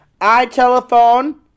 iTelephone